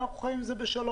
ואנחנו חיים עם זה בשלום.